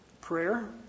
Prayer